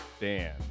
Dan